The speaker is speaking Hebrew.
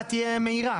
שההקראה תהיה מהירה.